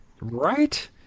Right